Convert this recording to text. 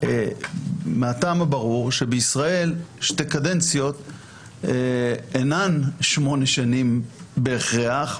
מהטעם הברור שבישראל שתי קדנציות אינן 8 שנים בהכרח,